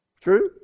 True